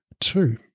Two